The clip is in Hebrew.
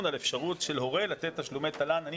על אפשרות של הורה לתת תשלומי תל"ן.